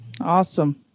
Awesome